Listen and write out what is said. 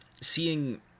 seeing